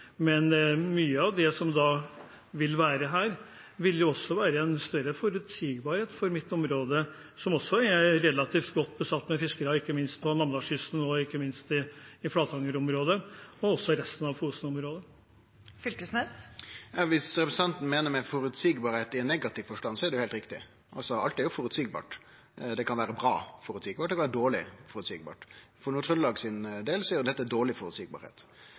Men mye av det som er her, vil også føre til større forutsigbarhet i mitt område, som er relativt godt besatt med fiskere, ikke minst på Namdalskysten, i Flatanger-området og i resten av Fosen-området. Viss representanten meiner føreseieleg i negativ forstand, er det heilt riktig. Alt er jo føreseieleg. Det føreseielege kan vere bra, og det kan vere dårleg. For Nord-Trøndelag sin del er det føreseielege i dette dårleg.